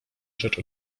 rzecz